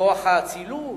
כוח האצילות,